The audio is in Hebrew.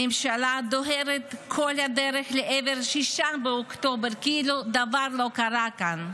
הממשלה דוהרת כל הדרך לעבר 6 באוקטובר כאילו דבר לא קרה כאן.